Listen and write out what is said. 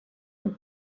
amb